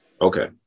Okay